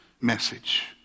message